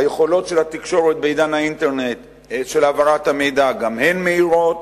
היכולות של התקשורת בעידן האינטרנט להעברת המידע גם הן מהירות,